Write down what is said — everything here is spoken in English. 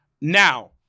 Now